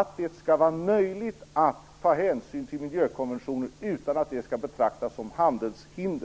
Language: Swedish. att det skall vara möjligt att ta hänsyn till miljökonventioner utan att det skall betraktas som handelshinder.